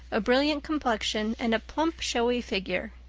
a brilliant complexion, and a plump showy figure.